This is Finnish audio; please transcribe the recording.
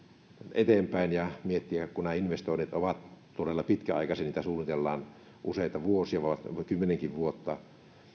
eteenpäin ja miettiä kun nämä investoinnit ovat todella pitkäaikaisia niitä suunnitellaan useita vuosia voi olla että kymmenenkin vuotta